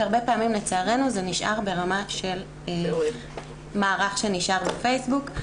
שהרבה פעמים לצערנו זה נשאר ברמה של מערך שנשאר בפייסבוק.